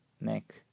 neck